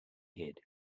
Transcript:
hid